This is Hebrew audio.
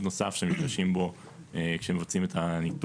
נוסף שמשתמשים בו כשמבצעים את הניתוח.